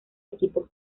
equipo